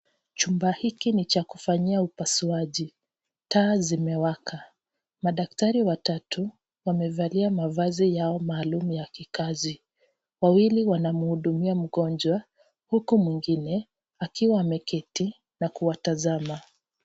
Chumba hiki ni cha kufanyia upasuaji, taa zimewaka, madaktari watatu wamevalia mavazi yao maalum ya kikazi, wawili wanamhudumia mgonjwa huku mwengine akiwa ameketi na kuwatazama.